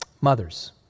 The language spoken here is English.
mothers